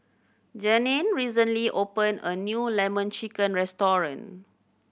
Janeen recently opened a new Lemon Chicken restaurant